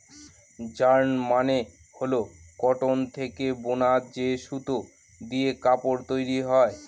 yarn মানে হল cotton থেকে বুনা যে সুতো দিয়ে কাপড় তৈরী হয়